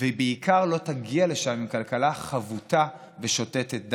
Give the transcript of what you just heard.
והיא בעיקר לא תגיע לשם עם כלכלה חבוטה ושותתת דם,